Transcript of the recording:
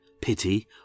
pity